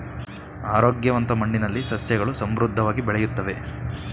ಆರೋಗ್ಯವಂತ ಮಣ್ಣಿನಲ್ಲಿ ಸಸ್ಯಗಳು ಸಮೃದ್ಧವಾಗಿ ಬೆಳೆಯುತ್ತವೆ